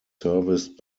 serviced